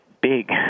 big